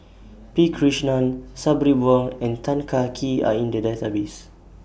P Krishnan Sabri Buang and Tan Kah Kee Are in The Database